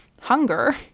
hunger